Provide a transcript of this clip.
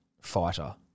fighter